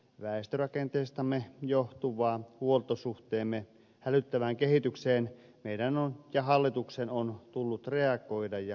väestörakenteestamme johtuvaan huoltosuhteemme hälyttävään kehitykseen meidän on ja hallituksen on tullut reagoida ja paneutua